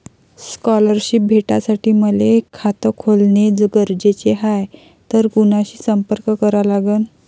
Scholarship भेटासाठी मले खात खोलने गरजेचे हाय तर कुणाशी संपर्क करा लागन?